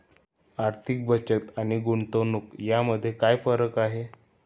आर्थिक बचत आणि गुंतवणूक यामध्ये काय फरक आहे?